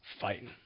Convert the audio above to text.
fighting